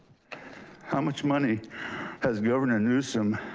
how much money has governor newsom